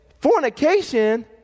Fornication